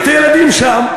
הפחידו את הילדים שם,